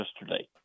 yesterday